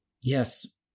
yes